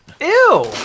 Ew